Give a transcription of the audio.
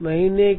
महीने की